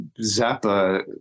zappa